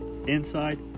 inside